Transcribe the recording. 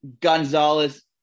Gonzalez